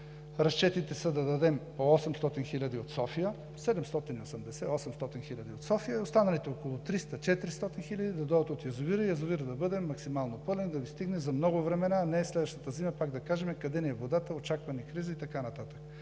на годината са да дадем по 780 – 800 хиляди от София, а останалите около 300 – 400 хиляди да дойдат от язовира и той да бъде максимално пълен, за да стигне за много време, а не следващата зима пак да кажем: къде ни е водата, очаква ни криза и така нататък.